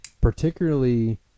particularly